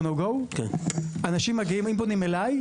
הם פונים אליי,